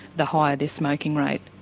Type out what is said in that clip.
the higher their smoking rate.